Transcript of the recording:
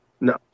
no